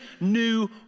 new